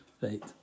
Right